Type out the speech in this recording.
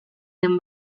den